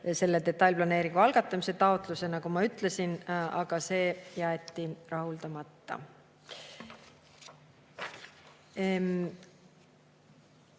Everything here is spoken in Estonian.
detailplaneeringu algatamise taotluse, nagu ma ütlesin, aga see jäeti rahuldamata.